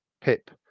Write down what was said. PIP